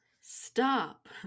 stop